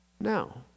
now